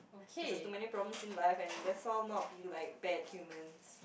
cause there's so many problems in life so let's all not be like bad humans